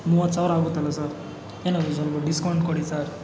ಮೂವತ್ತು ಸಾವಿರ ಆಗುತ್ತಲ್ಲ ಸರ್ ಏನಾದ್ರೂ ಸ್ವಲ್ಪ ಡಿಸ್ಕೌಂಟ್ ಕೊಡಿ ಸರ್